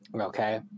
Okay